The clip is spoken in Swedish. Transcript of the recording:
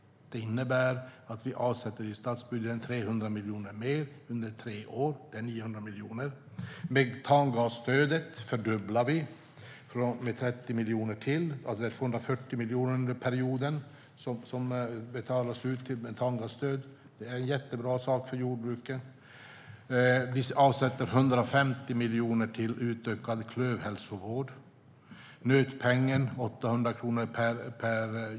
Det innebär att vi i statsbudgeten avsätter 300 miljoner mer under tre år. Det är 900 miljoner. Vi fördubblar metangasstödet med 30 miljoner till. Det är 240 miljoner under perioden som betalas ut i metangasstöd. Det är en jättebra sak för jordbruket. Vi avsätter 150 miljoner till utökad klövhälsovård. Nötpengen är 800 kronor per djur.